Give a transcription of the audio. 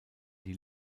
die